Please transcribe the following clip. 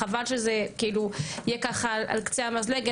חבל שזה יהיה ככה על קצה המזלג.